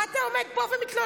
מה אתה עומד פה ומתלונן?